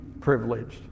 privileged